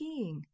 peeing